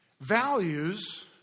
values